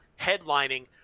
headlining